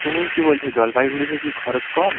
তুমি কী বলছ জলপাইগুড়িতে কি খরচ কম